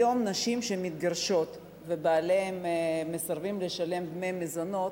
היום נשים שמתגרשות ובעליהן מסרבים לשלם להן דמי מזונות,